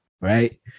Right